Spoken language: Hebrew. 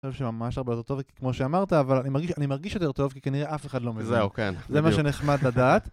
ממש הרבה יותר טוב כמו שאמרת אבל אני מרגיש אני מרגיש יותר טוב כי כנראה אף אחד לא מזהה כן זה מה שנחמד לדעת